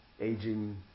aging